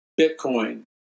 Bitcoin